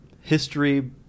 history